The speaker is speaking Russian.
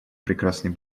прекрасный